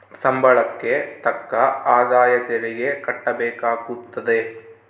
ಸಂಬಳಕ್ಕೆ ತಕ್ಕ ಆದಾಯ ತೆರಿಗೆ ಕಟ್ಟಬೇಕಾಗುತ್ತದೆ